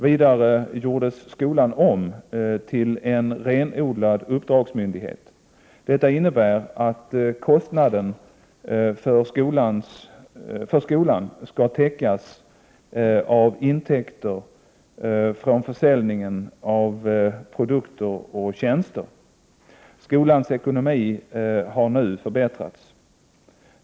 Vidare gjordes skolan om till en renodlad uppdragsmyndighet. Detta innebär att kostnaderna för skolan skall täckas av intäkter från försäljningen av produkter och tjänster. Skolans ekonomi har nu förbättrats.